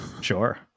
Sure